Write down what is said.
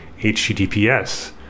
HTTPS